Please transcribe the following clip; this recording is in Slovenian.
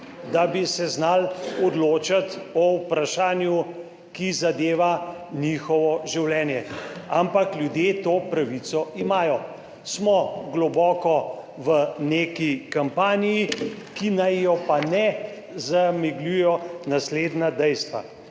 da bi se znali odločati o vprašanju, ki zadeva njihovo življenje, ampak ljudje to pravico imajo. Smo globoko v neki kampanji, ki naj jo pa ne zamegljujejo naslednja dejstva.